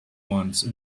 wants